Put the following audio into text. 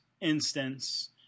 instance